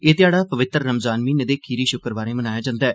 एह् ध्याड़ा पवित्र रमज़ान म्हीनें दे खीरी शुक्रवारै मनाया जंदा ऐ